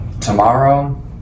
tomorrow